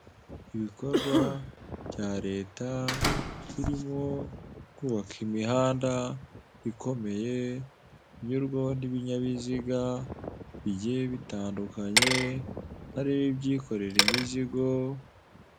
Ibikorwa bya leta birimo kubaka imihanda ikomeye inyurwaho n'ibinyabiziga bigiye bitandukanye ari ibyikorera imizigo.